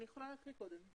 אני יכולה להקריא קודם.